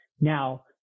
Now